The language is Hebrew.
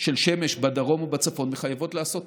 של שמש בדרום ובצפון מחייבות לעשות